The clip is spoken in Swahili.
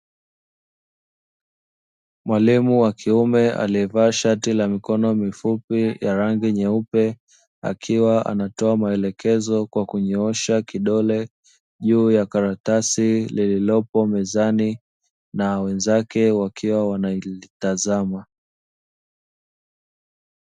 Mwalimu wa kiume aliye vaa shati la mikono mifupi ya rangi nyeupe, akiwa anatoa maelekezo kwa kunyoosha kidole juu ya karatasi lililopo mezani na wenzake wakiwa wanalitazama.